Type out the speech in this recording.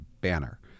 banner